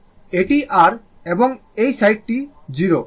এটি r এবং এই সাইডটি 0